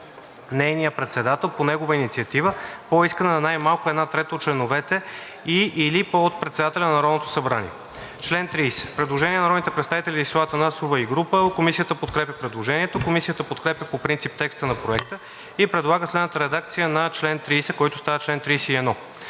нейния председател по негова инициатива, по искане най-малко на една трета от членовете и/или от председателя на Народното събрание.“ По чл. 30 има предложение на народните представители Десислава Атанасова и група. Комисията подкрепя предложението. Комисията подкрепя по принцип текста на Проекта и предлага следната редакция на чл. 30, който става чл. 31: